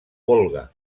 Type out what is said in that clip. volga